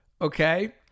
Okay